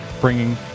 bringing